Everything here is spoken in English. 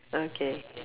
okay